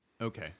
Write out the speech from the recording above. Okay